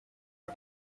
are